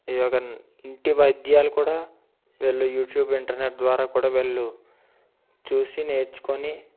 ఈ యొక ఇంటి వైద్యాలు కూడా వీళ్ళు యూట్యూబ్ ఇంటర్నెట్ ద్వారా కూడా వీళ్ళు చూసి నేర్చుకొని